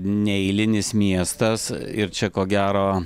neeilinis miestas ir čia ko gero